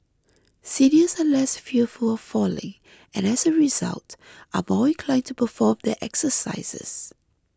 seniors are less fearful of falling and as a result are more inclined to perform their exercises